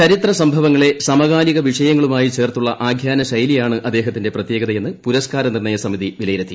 ചരിത്ര സംഭവങ്ങള്ള് സമകാലിക വിഷയങ്ങളുമായി ഇഴചേർത്തുള്ള് ആഖ്യാന ശൈലിയാണ് അദ്ദേഹത്തിന്റെ പ്രത്യേക്ത്ത്ത്യ്ന് പുരസ്കാര നിർണ്ണയ സമിതി വിലയിരുത്തി